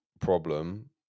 problem